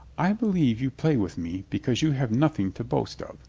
i believe you play with me because you have nothing to boast of,